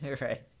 Right